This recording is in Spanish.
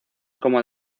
como